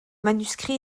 manuscrit